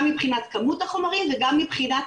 גם מבחינת כמות החומרים וגם מבחינת